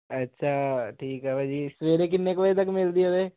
ਅੱਛਾ ਠੀਕ ਹੈ ਭਾਅ ਜੀ ਸਵੇਰੇ ਕਿੰਨੇ ਕੁ ਵਜੇ ਤੱਕ ਮਿਲਦੀ ਆ ਉਰੇ